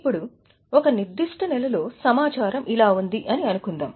ఇప్పుడు ఒక నిర్దిష్ట నెలలో డేటా ఇలా ఉంది అని అనుకుందాం